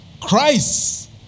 Christ